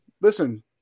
listen